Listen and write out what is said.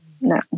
no